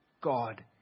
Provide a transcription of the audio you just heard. God